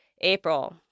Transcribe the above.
april